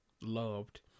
loved